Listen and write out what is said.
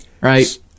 right